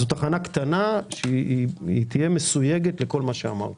זו תחנה קטנה שתהיה מסויגת לכל מה שאמרתי.